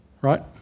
right